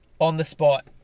on-the-spot